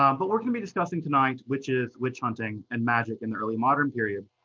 um but we're gonna be discussing tonight, witches, witch-hunting, and magic, in the early modern period.